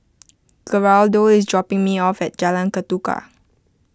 Geraldo is dropping me off at Jalan Ketuka